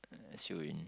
uh soon